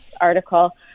article